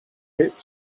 hit